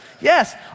Yes